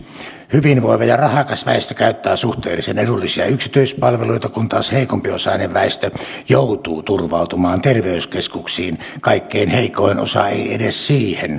hyvinvoiva ja rahakas väestö käyttää suhteellisen edullisia yksityispalveluita kun taas heikompiosainen väestö joutuu turvautumaan terveyskeskuksiin kaikkein heikoin osa ei edes niihin